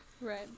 Right